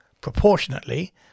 proportionately